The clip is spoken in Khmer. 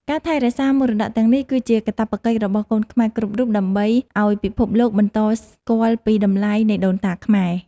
ការថែរក្សាមរតកទាំងនេះគឺជាកាតព្វកិច្ចរបស់កូនខ្មែរគ្រប់រូបដើម្បីឱ្យពិភពលោកបន្តស្គាល់ពីតម្លៃនៃដូនតាខ្មែរ។